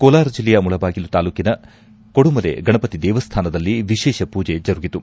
ಕೋಲಾರ ಜಿಲ್ಲೆಯ ಮುಳುಬಾಗಿಲು ತಾಲೂಕಿನ ಕೂಡುಮಲೆ ಗಣಪತಿ ದೇವಸ್ಥಾದಲ್ಲಿ ವಿಶೇಷ ಪೂಜೆ ಜರುಗಿತು